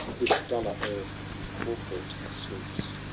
with duller earth incorporate, sleeps